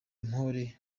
mpore